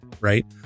right